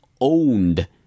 owned